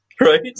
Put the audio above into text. right